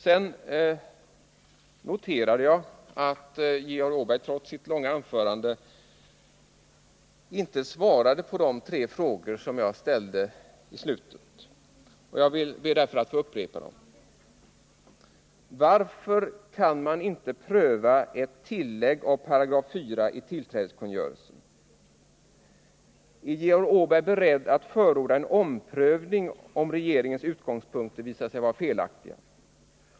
Sedan noterar jag att Georg Åberg trots sitt långa anförande inte svarade på de tre frågor som jag ställde. Jag ber därför att få upprepa dem. Varför kan man inte pröva ett tillägg av 4 § i tillträdeskungörelsen? Är Georg Åberg beredd att förorda en omprövning, om regeringens utgångspunkter visar sig vara felaktiga?